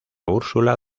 úrsula